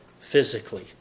physically